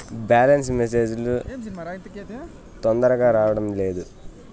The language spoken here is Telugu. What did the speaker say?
బ్యాలెన్స్ మెసేజ్ లు తొందరగా రావడం లేదు?